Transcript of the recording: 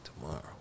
Tomorrow